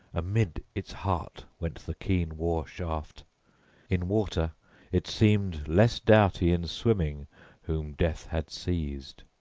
amid its heart went the keen war-shaft in water it seemed less doughty in swimming whom death had seized.